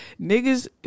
niggas